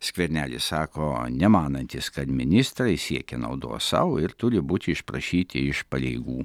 skvernelis sako nemanantis kad ministrai siekia naudos sau ir turi būti išprašyti iš pareigų